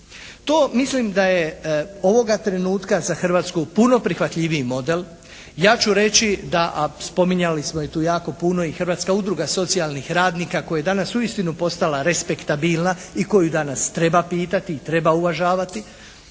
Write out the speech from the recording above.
To mislim da je ovoga trenutka za Hrvatsku puno prihvatljiviji model, ja ću reći da, a spominjali smo i tu jako puno i Hrvatska udruga socijalnih radnika koja je danas uistinu postala respektabilna i koju danas treba pitati i treba uvažavati,